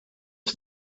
for